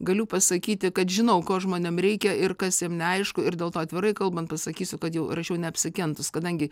galiu pasakyti kad žinau ko žmonėm reikia ir kas jiem neaišku ir dėl to atvirai kalbant pasakysiu kad jau rašiau neapsikentus kadangi